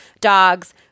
dogs